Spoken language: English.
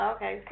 Okay